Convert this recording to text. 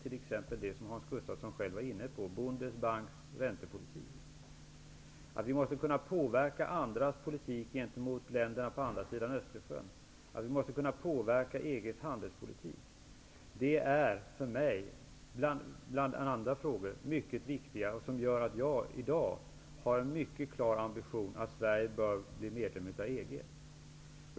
t.ex. det som Hans Gustafsson själv var inne på, Bundesbanks räntepolitik, och att vi måste kunna påverka andras politik gentemot länderna på andra sidan Östersjön, att vi måste kunna påverka EG:s handelspolitik. Dessa frågor -- bland andra frågor -- är för mig så viktiga att de gör att jag i dag har en mycket klar ambition att Sverige bör bli medlem av EG.